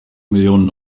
millionen